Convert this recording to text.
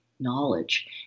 knowledge